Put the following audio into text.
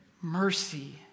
mercy